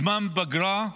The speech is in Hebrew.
בזמן פגרה,